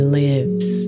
lives